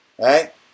right